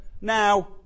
now